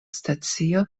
stacio